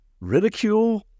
Ridicule